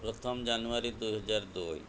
ପ୍ରଥମ ଜାନୁଆରୀ ଦୁଇହଜାର ଦୁଇ